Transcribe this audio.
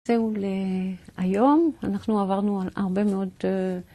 זהו להיום, אנחנו עברנו הרבה מאוד דברים.